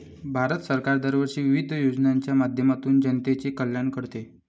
भारत सरकार दरवर्षी विविध योजनांच्या माध्यमातून जनतेचे कल्याण करते